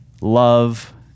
love